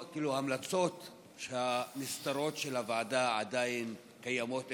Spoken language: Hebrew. ההמלצות הנסתרות של הוועדה עדיין קיימות איפשהו.